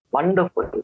Wonderful